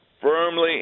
firmly